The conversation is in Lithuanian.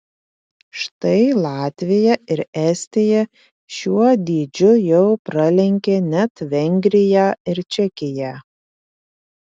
štai latvija ir estija šiuo dydžiu jau pralenkė net vengriją ir čekiją